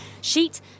Sheet